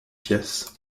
pièce